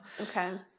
Okay